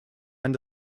end